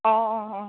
অঁ অঁ অঁ